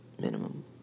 minimum